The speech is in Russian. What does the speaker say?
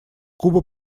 куба